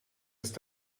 ist